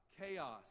Chaos